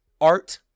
art